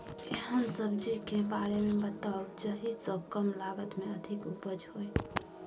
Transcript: एहन सब्जी के बारे मे बताऊ जाहि सॅ कम लागत मे अधिक उपज होय?